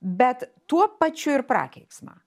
bet tuo pačiu ir prakeiksmą